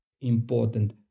important